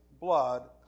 blood